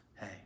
Hey